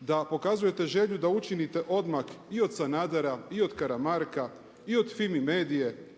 da pokazujete želju da učinite odmak i od Sanadera, i od Karamarka i od FIMI MEDIA-e,